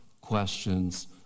questions